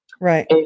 right